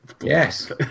Yes